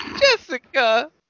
Jessica